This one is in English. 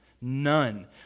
None